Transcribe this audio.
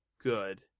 good